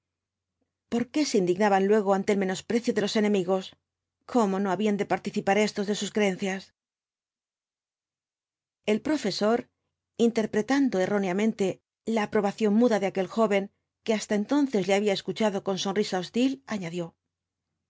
por qué se indignaban luego ante el menosprecio de los enemigos cómo no habían de participar éstos de sus creencias el profesor interpretando er'óneamente la aproballtí v bla ibáñkz ción muda de aquel joven que hasta entonces le había escuchado con sonrisa hostil añadió